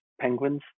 penguins